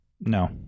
No